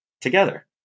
together